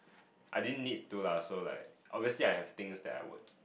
I didn't need to lah so like obviously I have things that I would